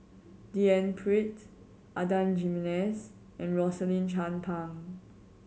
D N Pritt Adan Jimenez and Rosaline Chan Pang